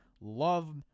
Love